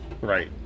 Right